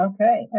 Okay